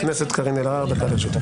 חברת הכנסת קארין אלהרר, דקה לרשותך.